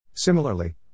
Similarly